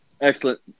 Excellent